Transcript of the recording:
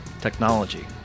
technology